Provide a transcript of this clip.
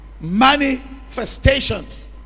manifestations